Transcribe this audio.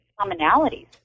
commonalities